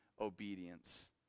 obedience